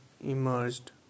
emerged